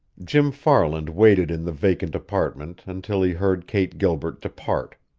jim farland waited in the vacant apartment until he heard kate gilbert depart.